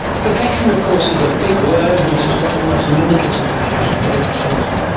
perfection of course is a big word which has got almost limitless applications. what have you chosen?